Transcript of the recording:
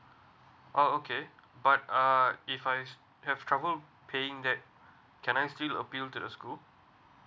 oh okay but uh if I have trouble paying that can I still appeal to the school